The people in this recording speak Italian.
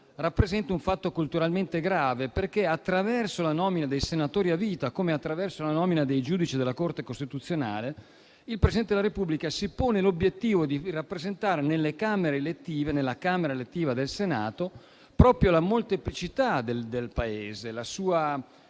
rappresenta un fatto culturalmente grave, perché attraverso la nomina dei senatori a vita, come attraverso la nomina dei giudici della Corte costituzionale, il Presidente della Repubblica si pone l'obiettivo di rappresentare nella Camera elettiva del Senato proprio la molteplicità del Paese, la sua